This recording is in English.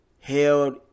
held